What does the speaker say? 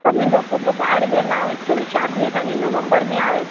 त मुंहिंजो पुटु ॿाहिरि वियल आहे छो की शादी असांजी नवंबर में आहे